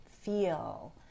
feel